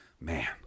Man